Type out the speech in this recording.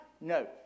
No